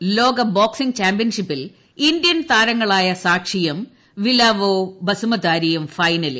Cologne ലോക boxing ചാമ്പ്യൻഷിപ്പിൽ Indian താരങ്ങളായ സാക്ഷിയും വിലാവോ ബസുമതാരിയും ഫൈനലിൽ